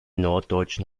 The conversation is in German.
norddeutschen